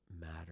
matter